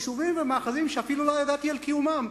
יישובים ומאחזים שאפילו לא ידעתי על קיומם.